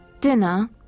Dinner